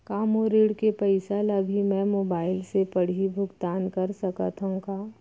का मोर ऋण के पइसा ल भी मैं मोबाइल से पड़ही भुगतान कर सकत हो का?